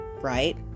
right